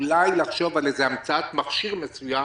אולי לחשוב על המצאת מכשיר מסוים,